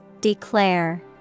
Declare